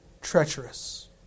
treacherous